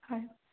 হয়